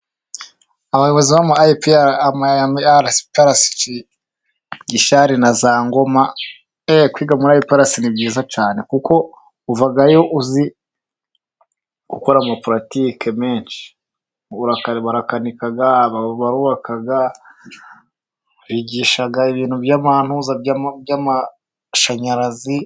Abayobozi b'ama IPRC ; Gishari na za Ngoma. Kwiga muri IPRC ni byiza cyane kuko uvayo uzi gukora amapuratike menshi; barakanika, barubaka, bigisha ibintu by'amantuza, by'amashanyarazi.